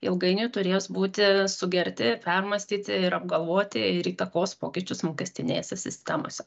ilgainiui turės būti sugerti permąstyti ir apgalvoti ir įtakos pokyčius mokestinėje si sistemose